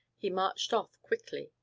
he marched off quickly,